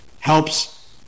helps